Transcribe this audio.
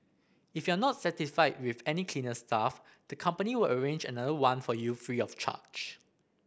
if you are not satisfied with any cleaner staff the company will arrange another one for you free of charge